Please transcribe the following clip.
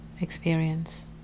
experience